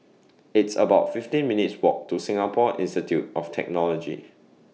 It's about fifteen minutes' Walk to Singapore Institute of Technology